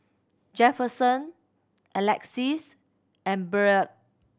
Jefferson Alexis and Byrd